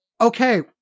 okay